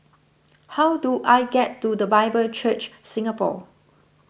how do I get to the Bible Church Singapore